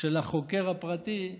של החוקר הפרטי למפלגה.